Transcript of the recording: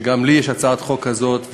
וגם לי יש הצעת חוק כזאת.